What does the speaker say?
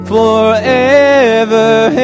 Forever